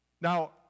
Now